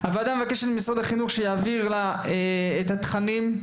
הוועדה מבקשת ממשרד החינוך שיעביר לה את התכנים,